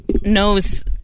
knows